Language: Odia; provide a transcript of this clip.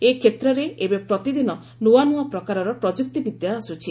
ଏକ୍ଷେତ୍ରରେ ଏବେ ପ୍ରତିଦିନ ନୂଆ ନୂଆ ପ୍ରକାରର ପ୍ରଯୁକ୍ତି ବିଦ୍ୟା ଆସୁଛି